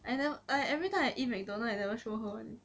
I never I every time I eat mcdonald's I never show her [one] eh